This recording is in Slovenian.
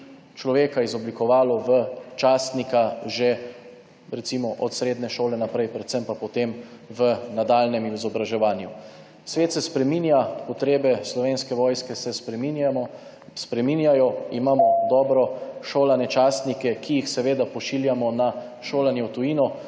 človeka izoblikovalo v častnika že recimo od srednje šole naprej, predvsem pa potem v nadaljnjem izobraževanju. Svet se spreminja, potrebe Slovenske vojske se spreminjajo. Imamo dobro šolane častnike, ki jih seveda pošiljamo na šolanje v tujino.